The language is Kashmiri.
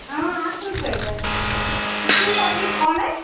ہاں اَصٕل پٲٹھۍ تُہۍ چھُو ہوٹلٕکۍ اونَر